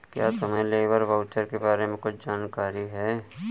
क्या तुम्हें labour voucher के बारे में कुछ जानकारी है?